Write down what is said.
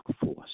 force